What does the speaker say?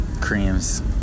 creams